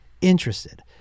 interested